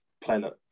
planet